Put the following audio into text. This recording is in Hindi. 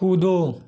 कूदो